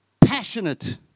passionate